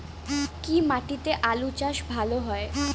কি মাটিতে আলু চাষ ভালো হয়?